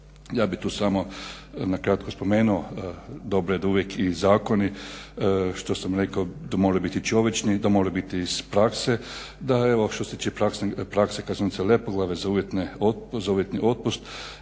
Ja bi tu samo na kratko spomenuo da …/Govornik se ne razumije./… uvijek zakoni što sam rekao da moraju biti čovječni, da moraju biti iz prakse. Da evo što se tiče prakse kaznionice Lepoglava za uvjetni otpust